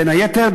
בין היתר,